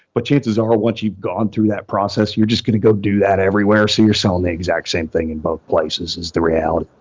but chances are once you've gone through that process, you're just going to go do that everywhere so you're selling the exact same thing in both places is the reality.